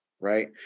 right